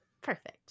perfect